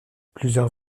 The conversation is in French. plusieurs